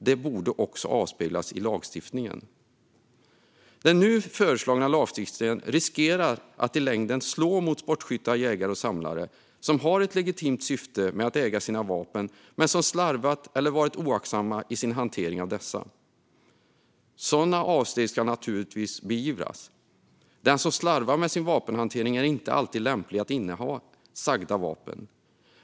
Detta borde också avspeglas i lagstiftningen. Den nu föreslagna lagstiftningen riskerar att i längden slå mot sportskyttar, jägare och samlare som har ett legitimt syfte med att äga sina vapen men som slarvat eller varit oaktsamma i sin hantering av dessa. Sådana avsteg ska naturligtvis beivras. Den som slarvar med sin vapenhantering är inte alltid lämplig att inneha nämnda vapen.